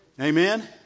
Amen